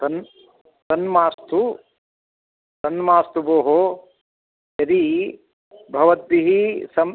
तत् तन्मास्तु तन्मास्तु भोः यदि भवद्भिः समं